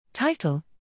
Title